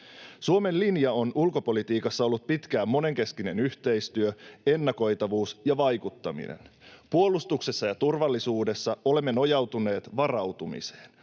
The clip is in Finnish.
Suomen linja on ulkopolitiikassa ollut pitkään monenkeskinen yhteistyö, ennakoitavuus ja vaikuttaminen. Puolustuksessa ja turvallisuudessa olemme nojautuneet varautumiseen.